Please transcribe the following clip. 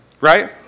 Right